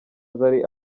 zari